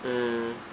mm